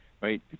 right